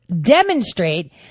demonstrate